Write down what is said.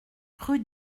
rue